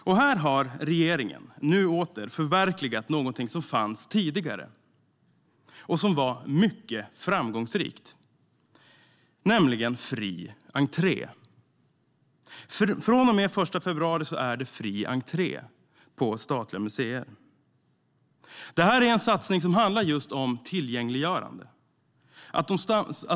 Och här har regeringen nu åter förverkligat något som fanns tidigare och som var mycket framgångsrikt, nämligen fri entré. Från och med den 1 februari är det fri entré på statliga museer. Det är en satsning som handlar om just tillgängliggörande.